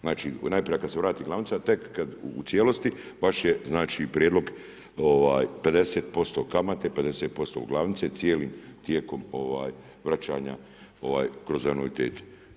Znači najprije kada se vrati glavnica tek u cijelosti vaš je znači prijedlog 50% kamate, 50% glavnice cijelim tijekom vraćanja kroz anuitete.